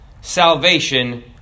salvation